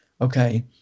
okay